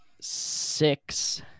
six